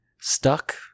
stuck